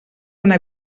una